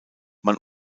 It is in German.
man